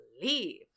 believe